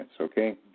okay